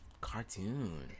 cartoon